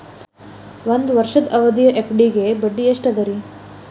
ಒಂದ್ ವರ್ಷದ ಅವಧಿಯ ಎಫ್.ಡಿ ಗೆ ಬಡ್ಡಿ ಎಷ್ಟ ಅದ ರೇ?